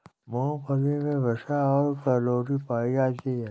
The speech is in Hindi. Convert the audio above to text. मूंगफली मे वसा और कैलोरी पायी जाती है